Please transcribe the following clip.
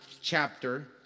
chapter